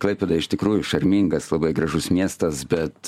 klaipėda iš tikrųjų šarmingas labai gražus miestas bet